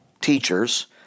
teachers